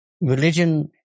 religion